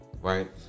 right